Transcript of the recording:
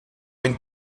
une